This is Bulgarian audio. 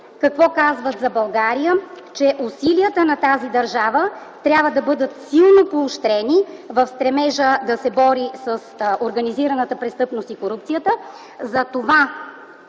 какво казват за България: „Усилията на тази държава трябва да бъдат силно поощрени в стремежа да се бори с организираната престъпност и корупцията”.